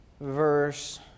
Verse